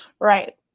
Right